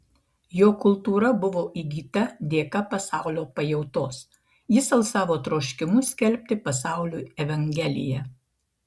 jo kultūra buvo įgyta dėka pasaulio pajautos jis alsavo troškimu skelbti pasauliui evangeliją